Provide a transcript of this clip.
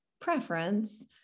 preference